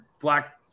Black –